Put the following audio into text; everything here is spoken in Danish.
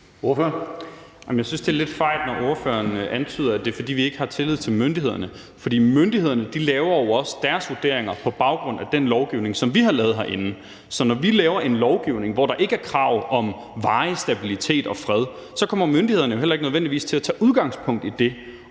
Jeg synes, det er lidt fejt, når ordføreren antyder, at det er, fordi vi ikke har tillid til myndighederne, for myndighederne laver jo også deres vurderinger på baggrund af den lovgivning, som vi har lavet herinde. Så når vi laver en lovgivning, hvor der ikke er krav om varig stabilitet og fred, så kommer myndighederne jo heller ikke nødvendigvis til at tage udgangspunkt i det.